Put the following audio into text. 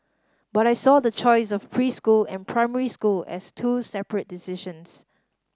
but I saw the choice of preschool and primary school as two separate decisions